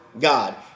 God